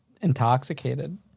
intoxicated